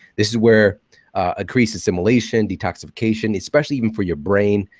this is where increase assimilation, detoxification, especially even for your brain.